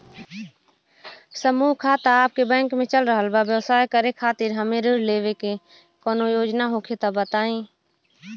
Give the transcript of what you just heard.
समूह खाता आपके बैंक मे चल रहल बा ब्यवसाय करे खातिर हमे ऋण लेवे के कौनो योजना होखे त बताई?